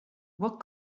what